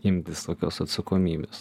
imtis tokios atsakomybės